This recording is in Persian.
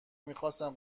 میخاستن